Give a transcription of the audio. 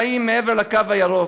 חיים מעבר לקו הירוק.